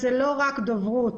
זה לא רק דוברות.